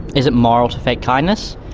is it moral to fake kindness?